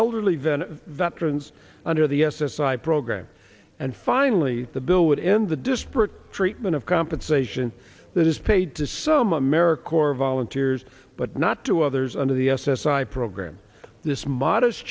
venner veterans under the s s i program and finally the bill would end the disparate treatment of compensation that is paid to some american or volunteers but not to others under the s s i program this modest